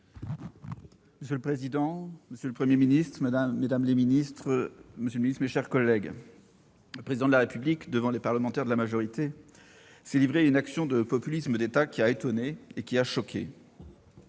Monsieur le président, monsieur le Premier ministre, monsieur le ministre, mesdames les secrétaires d'État, mes chers collègues, le Président de la République, devant les parlementaires de la majorité, s'est livré à une action de populisme d'État qui a étonné et choqué.